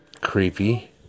creepy